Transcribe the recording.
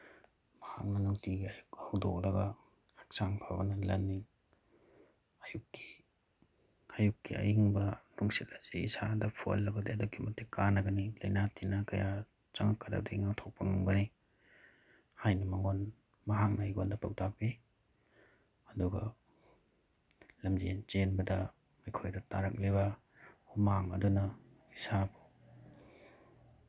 ꯃꯍꯥꯛꯅ ꯅꯨꯡꯇꯤꯒꯤ ꯑꯌꯨꯛ ꯍꯧꯗꯣꯛꯂꯒ ꯍꯛꯆꯥꯡ ꯐꯕꯅ ꯂꯟꯅꯤ ꯑꯌꯨꯛꯀꯤ ꯑꯌꯨꯛꯀꯤ ꯑꯌꯤꯡꯕ ꯅꯨꯡꯁꯤꯠ ꯑꯁꯤ ꯏꯁꯥꯗ ꯐꯨꯍꯜꯂꯕꯗꯤ ꯑꯗꯨꯛꯀꯤ ꯃꯇꯤꯛ ꯀꯥꯟꯅꯒꯅꯤ ꯂꯥꯏꯅꯥ ꯇꯤꯅꯥ ꯀꯌꯥ ꯆꯪꯉꯛꯀꯗꯕꯗꯒꯤ ꯉꯥꯛꯊꯣꯛꯄ ꯉꯝꯒꯅꯤ ꯍꯥꯏꯅ ꯃꯍꯥꯛꯅ ꯑꯩꯉꯣꯟꯗ ꯄꯥꯎꯇꯥꯛ ꯄꯤ ꯑꯗꯨꯒ ꯂꯝꯖꯦꯜ ꯆꯦꯟꯕꯗ ꯑꯩꯈꯣꯏꯗ ꯇꯥꯔꯛꯂꯤꯕ ꯍꯨꯃꯥꯡ ꯑꯗꯨꯅ ꯏꯁꯥꯕꯨ